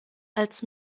als